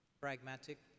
pragmatic